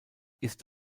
ist